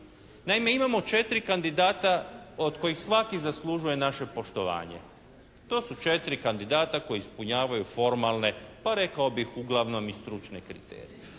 Naime, imamo 4 kandidata od kojih svaki zaslužuje naše poštovanje. To su četiri kandidata koji ispunjavaju formalne, pa rekao bih uglavnom i stručne kriterije.